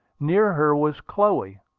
near her was chloe,